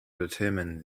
determine